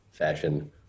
Fashion